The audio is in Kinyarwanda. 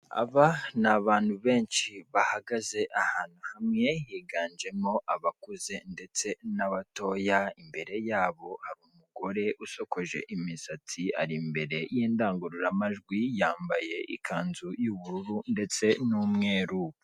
Aba ni abantu benshi bahagze ahantu hamwe, higanjemo abakuze ndetse n'abatoya, imbere yabo hari umugore usokoje imisatsi ari imbere y'indangurura majwi yambaye ikanzu y'ubururu ndetse n'umweru.